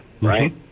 right